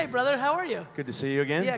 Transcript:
ah brother, how are you? good to see you again. yeah,